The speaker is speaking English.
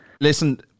listen